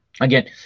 Again